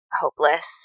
hopeless